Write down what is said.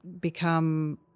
become